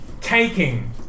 taking